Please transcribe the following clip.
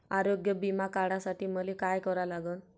आरोग्य बिमा काढासाठी मले काय करा लागन?